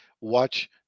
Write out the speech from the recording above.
watch